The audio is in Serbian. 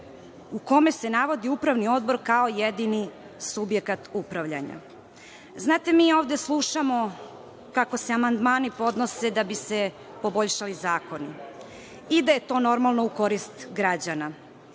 u kome se navodi upravni odbor kao jedini subjekat upravljanja. Mi ovde slušamo kako se amandmani podnose da bi se poboljšali zakoni i da je to, normalno, u korist građana.